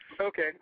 okay